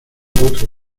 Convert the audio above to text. otro